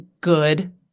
good